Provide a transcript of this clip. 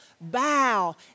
bow